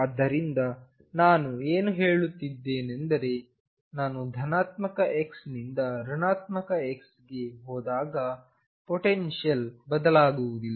ಅದರಿಂದ ನಾನು ಏನು ಹೇಳುತ್ತೇನೆಂದರೆ ನಾನು ಧನಾತ್ಮಕ x ನಿಂದ ಋಣಾತ್ಮಕ x ಗೆ ಹೋದಾಗ ಪೊಟೆನ್ಶಿಯಲ್ ಬದಲಾಗುವುದಿಲ್ಲ